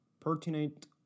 pertinent